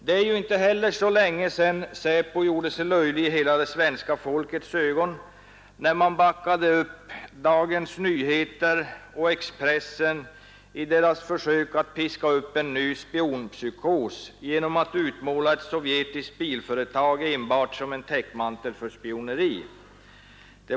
Det är inte heller så länge sedan säkerhetspolisen gjorde sig löjlig i hela svenska folkets ögon, när den backade upp Dagens Nyheter och Expressen i deras försök att piska upp en ny spionpsykos genom att utmåla ett sovjetiskt bilföretag enbart som en täckmantel för spioneri.